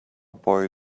boy